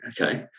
okay